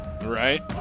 Right